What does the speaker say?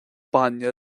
bainne